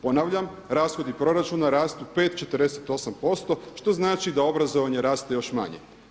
Ponavljam, rashodi proračuna rastu 5,48% što znači da obrazovanje raste još manje.